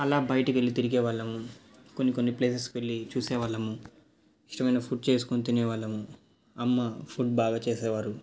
అలా బయటకి వెళ్ళి తిరిగేవాళ్ళము కొన్ని కొన్ని ప్లేసెస్కి వెళ్ళి చూసేవాళ్ళము ఇష్టమయిన ఫుడ్ చేసుకొని తినేవాళ్ళము అమ్మ ఫుడ్ బాగా చేసేవారు